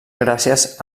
gràcies